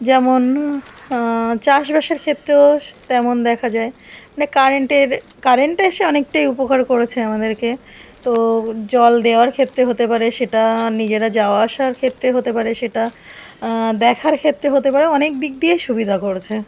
যেমন চাষবাসের ক্ষেত্রেও তেমন দেখা যায় কারেন্টের কারেন্টটা এসে অনেকটাই উপকার করেছে আমাদেরকে তো জল দেওয়ার ক্ষেত্রে হতে পারে সেটা নিজেরা যাওয়া আসার ক্ষেত্রে হতে পারে সেটা দেখার ক্ষেত্রে হতে পারে অনেক দিক দিয়েই সুবিধা করেছে